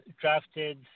drafted